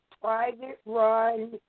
private-run